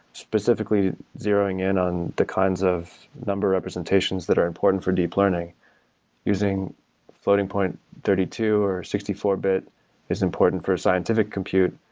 specifically, zeroing in on the kinds of number representations that are important for deep learning using floating point thirty two or sixty four bit is important for a scientific compute.